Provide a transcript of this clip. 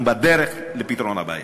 אנחנו בדרך לפתרון הבעיה.